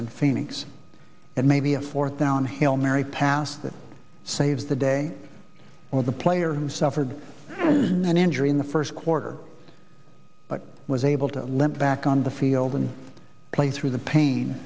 in phoenix it may be a fourth down hill mary pass that saves the day or the player who suffered an injury in the first quarter but was able to limp back on the field and play through the pain